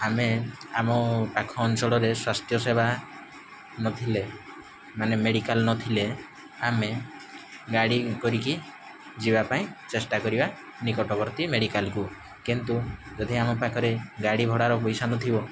ଆମେ ଆମ ପାଖ ଅଞ୍ଚଳରେ ସ୍ୱାସ୍ଥ୍ୟ ସେବା ନଥିଲେ ମାନେ ମେଡ଼ିକାଲ୍ ନଥିଲେ ଆମେ ଗାଡ଼ି କରିକି ଯିବା ପାଇଁ ଚେଷ୍ଟା କରିବା ନିକଟବର୍ତ୍ତୀ ମେଡ଼ିକାଲ୍କୁ କିନ୍ତୁ ଯଦି ଆମ ପାଖରେ ଗାଡ଼ି ଭଡ଼ାର ପଇସା ନଥିବ